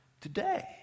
today